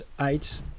eight